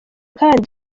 kandi